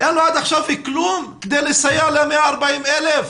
כלום כדי לסייע ל-140,000?